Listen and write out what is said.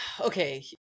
Okay